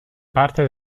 parte